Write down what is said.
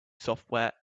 software